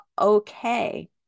okay